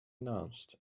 announced